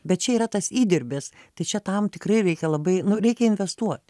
bet čia yra tas įdirbis tai čia tam tikrai reikia labai nu reikia investuot